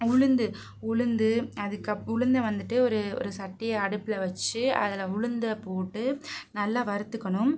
உளுந்து உளுந்து அதுக்கு அப் உளுந்தை வந்துட்டு ஒரு ஒரு சட்டியை அடுப்பில் வச்சு அதில் உளுந்தை போட்டு நல்லா வறுத்துக்கணும்